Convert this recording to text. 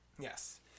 Yes